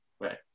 Right